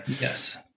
Yes